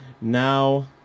now